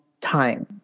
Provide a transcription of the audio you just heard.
time